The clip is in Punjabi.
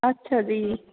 ਅੱਛਾ ਜੀ